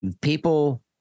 people